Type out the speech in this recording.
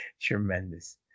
Tremendous